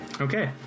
Okay